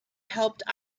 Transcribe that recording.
helped